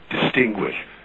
distinguish